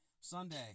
Sunday